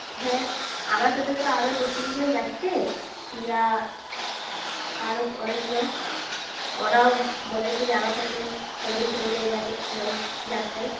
হ্যাঁ আমার সাথে তো আরও দু তিনজন যাচ্ছে পিয়া আরও অনেকজন ওরাও বলেছে যে আমার সাথে হোলি খেলবে এবারের দোলযাত্রায়